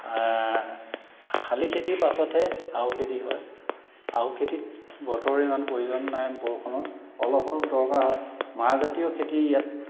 শালি খেতিৰ পাছতহে আহু খেতি হয় আহু খেতিত বতৰৰ ইমান প্ৰয়োজন নাই বৰষুণৰ অলপ অলপ দৰকাৰ হয় মাহজাতীয় খেতি ইয়াত